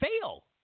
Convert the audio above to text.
fail